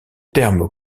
terme